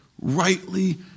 rightly